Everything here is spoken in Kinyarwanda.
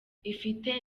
ifite